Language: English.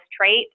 trait